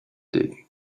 day